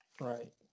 Right